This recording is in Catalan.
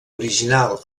original